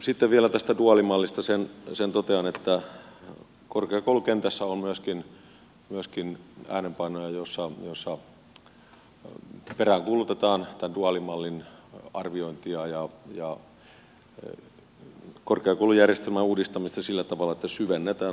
sitten vielä tästä duaalimallista sen totean että korkeakoulukentässä on myöskin äänenpainoja joissa peräänkuulutetaan tämän duaalimallin arviointia ja korkeakoulujärjestelmän uudistamista sillä tavalla että syvennetään ammattikorkeakoulujen ja yliopistojen yhteistyötä